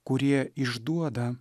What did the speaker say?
kurie išduoda